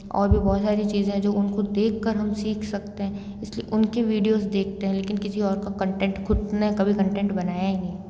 और भी बहुत सारी चीज़ें हैं जो उनको देखकर हम सीख सकते हैं इसलिए उनकी वीडियोज़ देखते हैं लेकिन किसी और का कंटेंट खुद ने कभी कंटेंट बनाया ही नहीं